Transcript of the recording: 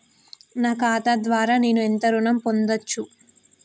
నా ఖాతా ద్వారా నేను ఎంత ఋణం పొందచ్చు?